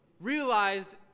realize